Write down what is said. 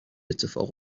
اتفاق